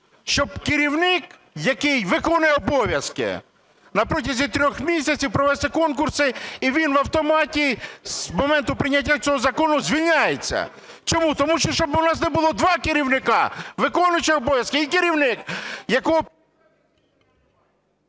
щоб керівник, який виконує обов'язки, на протязі трьох місяців провести конкурси і він в автоматі з моменту прийняття цього закону звільняється. Чому? Тому що щоб у нас не було два керівника: виконуючий обов'язки і керівник, якого...